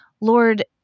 Lord